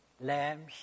lamb